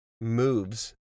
moves